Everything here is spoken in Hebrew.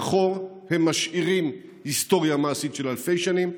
מאחור הם משאירים היסטוריה מעשית של אלפי שנים,